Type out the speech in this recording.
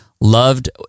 loved